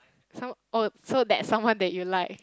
so oh so that someone that you like